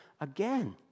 again